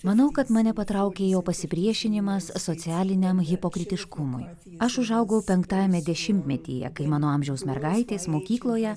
manau kad mane patraukė jo pasipriešinimas socialiniam hipokritiškumui aš užaugau penktajame dešimtmetyje kai mano amžiaus mergaitės mokykloje